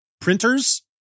printers